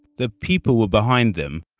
the people were behind them,